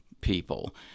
people